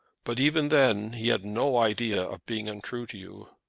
but even then he had no idea of being untrue to you.